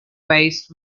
based